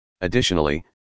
Additionally